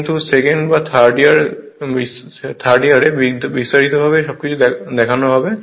কিন্তু সেকেন্ড বা থার্ড ইয়ারে বিস্তারিত ভাবে সব কিছু থাকবে